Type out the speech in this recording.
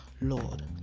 Lord